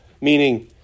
Meaning